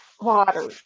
Water